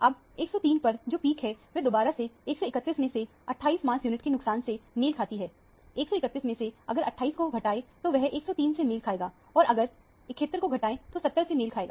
अब 103 पर जो पीक है वह दोबारा से 131 मैं से 28 मास यूनिट के नुकसान से मेल खाती है 131मैं से अगर 28 को घटाएं तो वह 103 से मेल खाएगा और अगर 71 को घटाएं तो 70 से मेल खाएगा